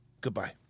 goodbye